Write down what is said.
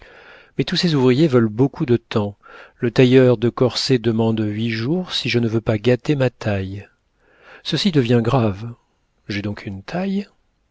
mais tous ces ouvriers veulent beaucoup de temps le tailleur de corsets demande huit jours si je ne veux pas gâter ma taille ceci devient grave j'ai donc une taille